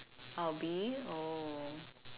oh B oh